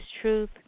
Truth